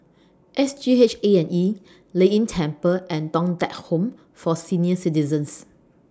S G H A and E Lei Yin Temple and Thong Teck Home For Senior Citizens